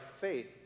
faith